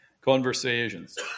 conversations